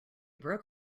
broke